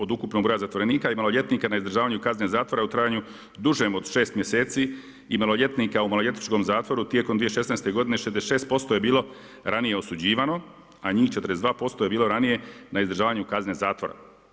Od ukupnog broja zatvorenika i maloljetnika na izdržavanju kazne zatvora u trajanju dužem od 6 mjeseci i maloljetnika u maloljetničkom zatvoru tijekom 2016. godine 66% je bilo ranije osuđivano, a njih 42% je bilo ranije na izdržavanju kazne zatvora.